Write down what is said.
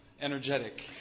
energetic